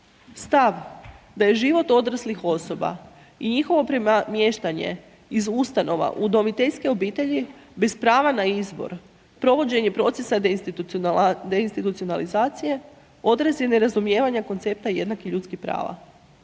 Stav da je život odraslih osoba i njihovo premještanje iz ustanova u udomiteljske obitelji bez prava na izbor, provođenje procesa deinstitucionalizacije odraz je nerazumijevanja koncepta jednakih ljudskih prava.